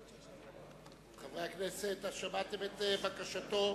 חברי הכנסת, שמעתם את בקשתו